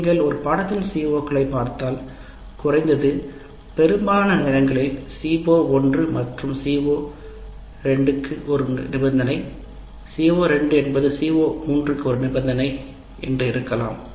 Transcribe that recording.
நீங்கள் ஒரு பாடத்தின் CO களைப் பார்த்தால் குறைந்தது பெரும்பாலான நேரங்களில் CO1 என்பது CO2 க்கு ஒரு முன்நிபந்தனை CO2 என்பது CO3 க்கு ஒரு முன்நிபந்தனை என்று இருக்கலாம்